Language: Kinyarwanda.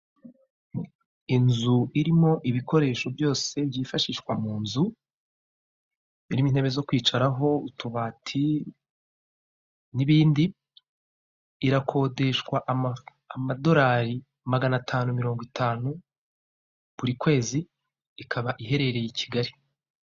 Inzu irimo ibikoresho byose byifashishwa mu nzu, birimo intebe zo kwicaraho, utubati n'ibindi, irakodeshwa amadorari magana atanu mirongo itanu buri kwezi, ikaba iherereye i Kigali.